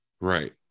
Right